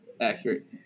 accurate